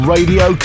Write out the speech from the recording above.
Radio